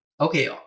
Okay